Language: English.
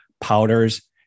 powders